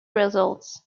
results